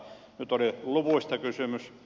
nyt oli luvuista kysymys